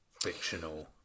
fictional